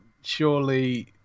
surely